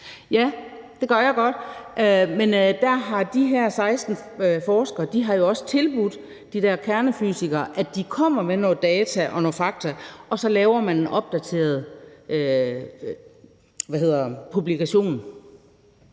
Ja, det gør jeg. Men der har de 16 forskere – de her kernefysikere – jo også tilbudt at komme med noget data og nogle fakta, og så laver man en opdateret publikation.